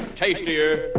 tastier,